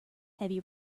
heavy